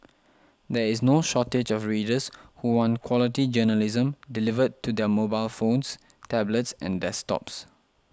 there is no shortage of readers who want quality journalism delivered to their mobile phones tablets and desktops